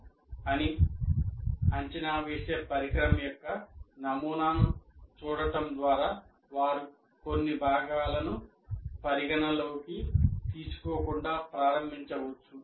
' అని అంచనా వేసే పరికరం యొక్క నమూనాను చూడటం ద్వారా వారు కొన్ని భాగాలను పరిగణనలోకి తీసుకోకుండా ప్రారంభించవచ్చు